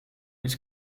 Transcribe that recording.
iets